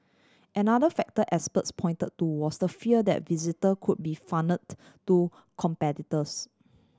another factor experts pointed to was the fear that visitor could be funnelled to competitors